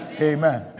Amen